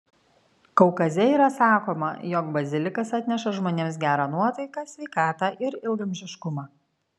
kaukaze yra sakoma jog bazilikas atneša žmonėms gerą nuotaiką sveikatą ir ilgaamžiškumą